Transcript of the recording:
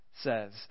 says